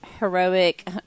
heroic